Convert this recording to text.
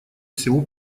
всего